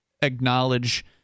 acknowledge